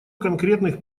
конкретных